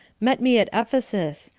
met me at ephesus,